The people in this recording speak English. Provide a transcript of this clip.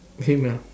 him ah